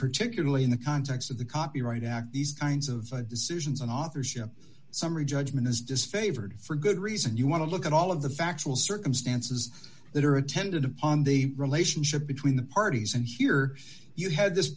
particularly in the context of the copyright act these kinds of decisions and authorship summary judgment is disfavored for good reason you want to look at all of the factual circumstances that are attendant on the relationship between the parties and here you had this